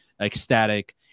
ecstatic